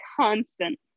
constant